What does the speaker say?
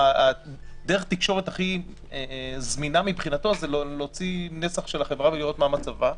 דרך התקשורת הכי זמינה מבחינתו היא להוציא נסח של החברה ולראות מה מצבה,